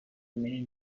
name